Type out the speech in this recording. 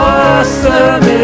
awesome